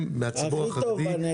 מהציבור החרדי,